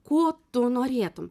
ko tu norėtum